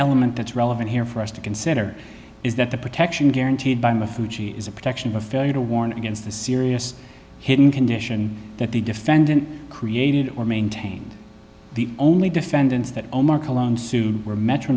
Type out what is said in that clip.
element that's relevant here for us to consider is that the protection guaranteed by the fuji is a protection of failure to warn against the serious hidden condition that the defendant created or maintained the only defendants that omar cologne sued were metro